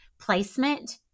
placement